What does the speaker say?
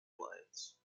alliance